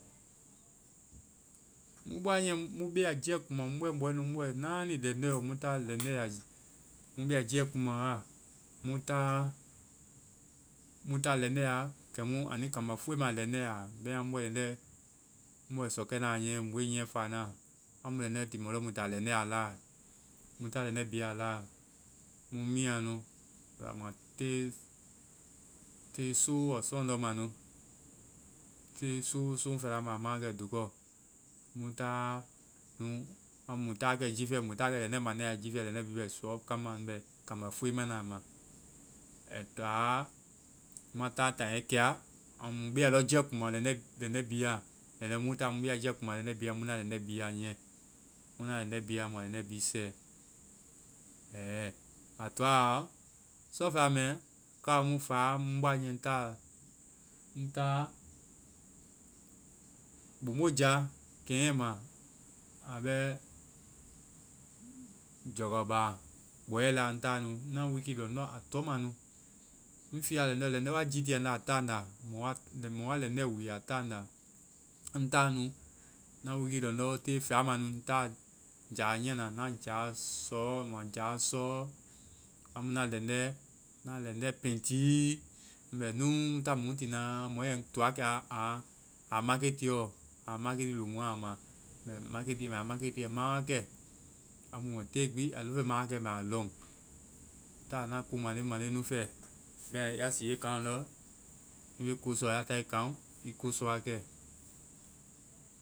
Mu bɔa niiɛ, mu beya jiiɛ kuma. Mu bɛ ŋ bɔɛnu. Mu bɛ naani lɛndɛ ɔ. Mu taa lɛndɛ a jiiɛ kuma wa. Mu taa-mu taa lɛndɛ kɛmu anui kambá fue ma lɛndɛ a. Bɛma mu- mu bɛ sɔkɛ na, mu be nyiiɛ fa na. Amu lɛndɛ tiimo lɔ mui ta lɛndɛ a láa. Mu taa lɛndɛ bi a láa. Mu miiɛa nu. Mu ta. Mua te-te soou ɔɔ soŋlɔndɔ ma nu. Te soou-soŋ fɛla, mua ma wakɛ dukɔ. Mu taa-amu mui táawa kɛ jiifɛ. Mui táawa kɛ lɛŋdɛ mande a jiifɛ. Lɛŋdɛ bi bɛ suuɔ káanma, anu bɛ kambáfue mana ma. Ai ta mua ta taaiɛ kea. Amu mu beya lɔ jiiɛ kuma lɛndɛ-lɛndɛ bi ya. Lɛndɛ mu, mu taa, mu beya jiiɛ kuma lɛndɛ-lɛndɛ bi ya. Mu na lɛndɛ bi ya niiɛ. Mu na lɛndɛ bi ya. Mua lɛndɛ bi sɛ. Ɛ. A toa a ɔ, kao mu faa, ŋ bɔa nyiiɛ ŋ táa-ŋ táa bomoja, kɛnyɛ ma a bɛ jɔngɔba kɔiyɛ la. Ŋ taa nu. Ŋna wiki lɔndɔ a tɔ ma nu. Ŋ fia lɛndɛɔ. Lɛndɛ wa jii tiiɛ a taa ŋda. Mɔ wa-mɔ wa lɛndɛ wii a taa nda. Ŋ taa nu, wiki lɔndɔ te fɛa ma nu. Ŋ ta jaa nyia na. Na jaa sɔɔ. Mua jaa sɔɔ, amu na lɛndɛ-na lɛndɛ pintii. Ŋ bɛ nuu. Ŋ táa mɔmu tiina, mɔɛ yɛ ŋ to wa kɛ a maketiɛɔ. A maketi mu a ya ma. Mɛ maketiɛ-mɛ maketiɛ ma wa kɛ. Amu te gbi ai lɔnfeŋ ma wa kɛ mɛ a lɔn. Ŋ taa na ko mande mande nu fɛ. Bɛma ya siie kaŋ lɔndɔ, i be ko sɔ. Ya tae kaŋ, i ko sɔ wakɛ.